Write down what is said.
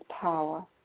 power